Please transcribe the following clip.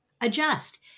adjust